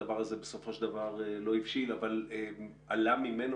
הדבר הזה בסופו של דבר שלא הבשיל אבל עלה ממנו,